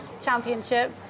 championship